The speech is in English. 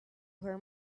her